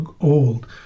old